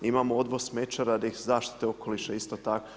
Imamo odvoz smeća radi zaštite okoliša isto tako.